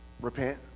repent